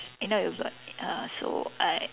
you know it'll be like uh so I